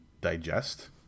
digest